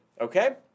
Okay